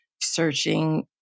searching